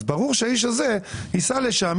אז ברור שהאיש הזה ייסע לשם,